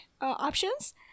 options